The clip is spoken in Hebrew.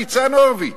ניצן הורוביץ.